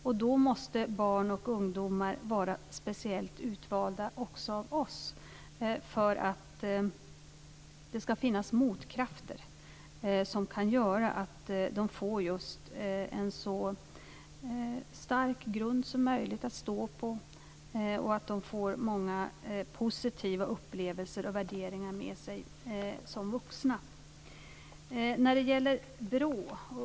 Och då måste barn och ungdomar vara speciellt utvalda också av oss för att det ska finnas motkrafter som kan göra att de får just en så stark grund som möjligt att stå på och att de får många positiva upplevelser och värderingar med sig som vuxna.